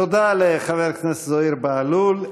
תודה לחבר הכנסת זוהיר בהלול.